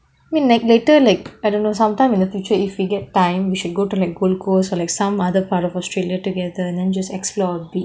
I mean like later like I don't know sometime in the future if we get time we should like go to like goldcoast or like some other part of australia together then just explore a bit